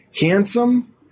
handsome